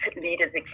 leaders